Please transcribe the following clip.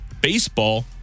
Baseball